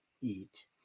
eat